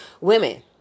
women